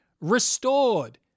restored